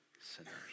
sinners